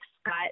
Scott